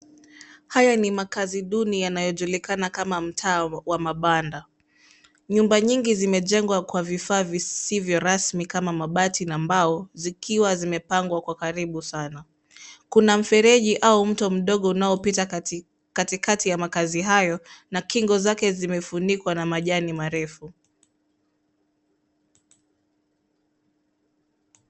Haya ni makazi duni yanayojulikana kama mtaa wa mabanda. Nyumba nyingi zimejengwa kwa vifaa visivyo rasmi, kama mabati na mbao, zikiwa zimepangwa kwa karibu sana. Kuna mfereji au mto mdogo unaopita katikati ya makazi hayo na kingo zake zimefunikwa na majani marefu.